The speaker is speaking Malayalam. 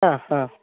ആ ഹാ